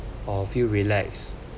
or feel relaxed